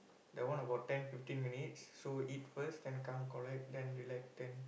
that one about ten fifteen minutes so eat first then come collect then relax ten